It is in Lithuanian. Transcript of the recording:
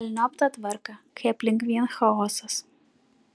velniop tą tvarką kai aplink vien chaosas